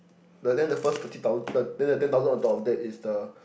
the then the first twenty thousand the then the ten thousand on top of that is the